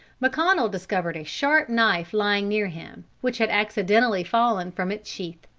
mcconnel discovered a sharp knife lying near him, which had accidentally fallen from its sheath.